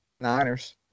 Niners